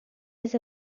his